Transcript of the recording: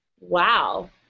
wow